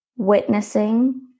Witnessing